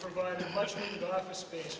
provide much space